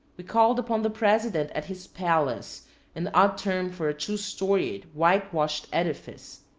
we called upon the president at his palace an odd term for a two-storied, whitewashed edifice.